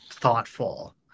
thoughtful